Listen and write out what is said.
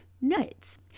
nuts